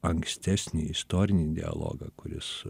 ankstesnį istorinį dialogą kuris